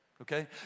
okay